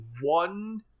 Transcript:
one